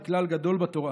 זה כלל גדול בתורה.